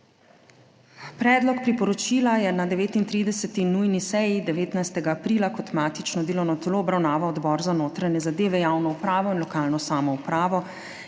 Predlog priporočila je na 39. nujni seji 19. aprila kot matično delovno telo obravnaval Odbor za notranje zadeve, javno upravo in lokalno samoupravo